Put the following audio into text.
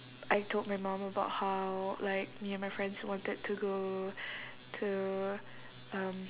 I told my mum about how like me and my friends wanted to go to um